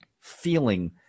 feeling